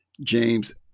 James